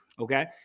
okay